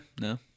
No